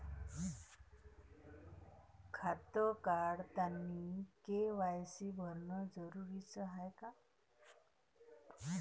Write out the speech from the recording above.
खातं काढतानी के.वाय.सी भरनं जरुरीच हाय का?